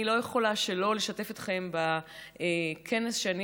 אני לא יכולה שלא לשתף אתכם בכנס שני